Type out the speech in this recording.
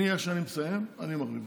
אני, איך שאני מסיים, אני מחליף אותך.